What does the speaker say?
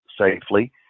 safely